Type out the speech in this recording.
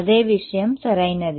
అదే విషయం సరైనది